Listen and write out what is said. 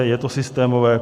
Je to systémové?